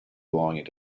belonging